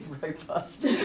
robust